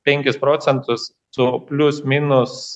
penkis procentus su plius minus